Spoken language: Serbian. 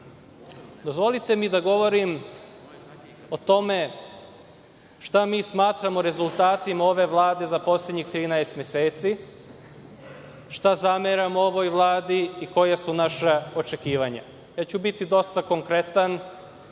Vlade. Dozvolite mi da govorim o tome šta smatramo rezultatima ove Vlade za poslednjih 13 meseci, šta zameramo ovoj Vladi i koja su naša očekivanja. Biću dosta konkretan